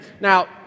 Now